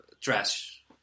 trash